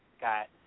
got